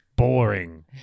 Boring